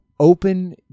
open